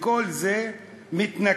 כל זה מתנקז